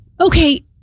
okay